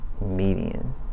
median